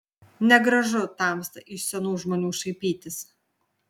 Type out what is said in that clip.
negražu tamsta iš senų žmonių šaipytis